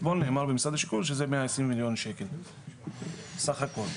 אתמול נאמר במשרד השיכון שזה מאה עשרים מיליון שקל סך הכל.